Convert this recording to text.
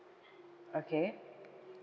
okay